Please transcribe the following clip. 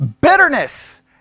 Bitterness